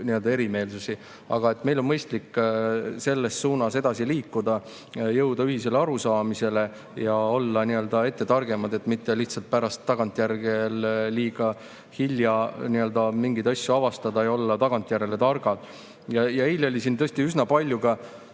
erimeelsusi. Aga meil on mõistlik selles suunas edasi liikuda, jõuda ühisele arusaamisele ja olla nii‑öelda ette targemad, et mitte lihtsalt pärast tagantjärele, liiga hilja mingeid asju avastada ja olla tagantjärele targad. Eile oli siin tõesti üsna palju ka